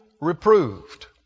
reproved